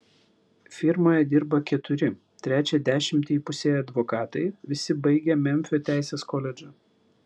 firmoje dirba keturi trečią dešimtį įpusėję advokatai visi baigę memfio teisės koledžą